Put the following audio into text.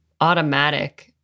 automatic